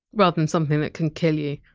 rather than something that can kill you.